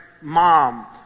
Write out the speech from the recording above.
mom